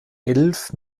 elf